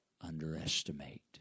underestimate